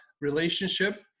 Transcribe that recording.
relationship